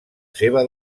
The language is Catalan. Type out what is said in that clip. seva